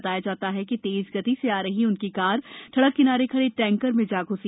बताया जाता है कि तेज गति से जा रही उनकी कार सड़क किनारे खड़े टैंकर में जा घ्सी